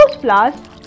flowers